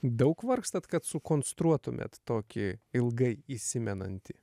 daug vargstat kad sukonstruotumėt tokį ilgai įsimenantį